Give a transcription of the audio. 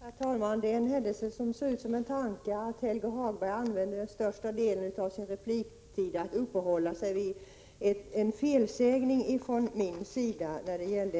Herr talman! Det är en händelse som ser ut som en tanke att Helge Hagberg under största delen av sin repliktid uppehåller sig vid en felsägning från min sida. Frågan gällde